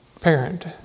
parent